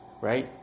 right